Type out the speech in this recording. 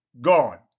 God